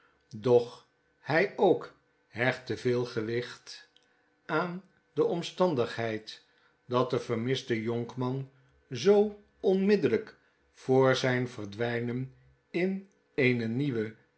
doch hij ook hechtte veel gewicht aan de omstandigheid dat de vermlste jonkman zoo onmiddellijk voor zijn verdwijnen in eene nieuwe